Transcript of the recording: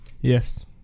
Yes